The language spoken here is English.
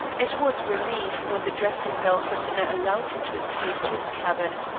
it was relief when the dressing-bell for dinner allowed him to escape to his cabin.